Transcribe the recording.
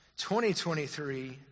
2023